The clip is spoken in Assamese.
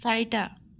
চাৰিটা